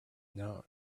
known